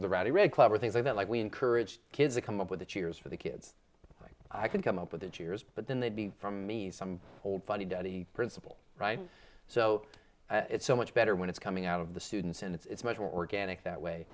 the rather read club or things like that like we encouraged kids to come up with the cheers for the kids like i could come up with that years but then they'd be from me some old fuddy duddy the principal right so it's so much better when it's coming out of the students and it's much more organic that